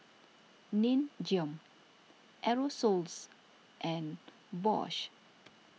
Nin Jiom Aerosoles and Bosch